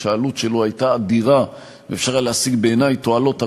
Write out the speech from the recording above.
אבל משבר שלא התחיל ביום שהוקם התאגיד או אפילו שנדון הנושא הזה,